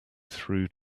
through